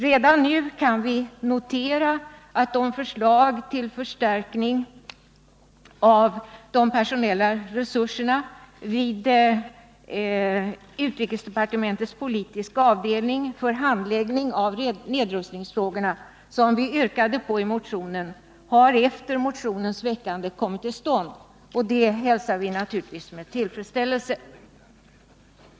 Redan nu kan vi dock notera att den förstärkning av de personella resurserna vid den enhet inom utrikesdepartementets politiska avdelning som handlägger nedrustningsfrågor som vi yrkade på i motionen har kommit till stånd efter det att motionen väcktes. Det hälsar vi naturligtvis med tillfredsställelse.